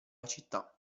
città